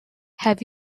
have